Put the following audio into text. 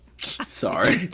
Sorry